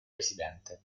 presidente